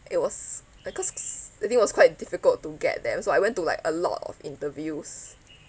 it was because that day was quite difficult to get there so I went to like a lot of interviews